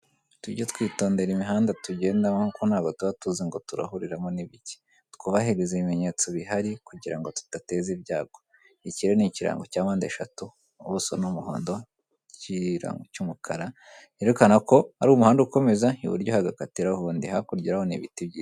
Tujye twitondera imihanda tugenda kuko ntabwo tuba tuzi ngo turahuriramo n'ibiki. Twubahirize ibimenyetso bihari kugira ngo tudateza ibyago. Iki rero ni ikirango cya mpande eshatu, ubuso ni umuhondo, ikirango cy'umukara cyerekana ko ari umuhanda ukomeza iburyo hagakatiraho undi. Hakurya urahabona ibiti byiza.